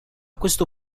questo